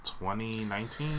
2019